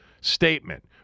statement